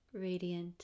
radiant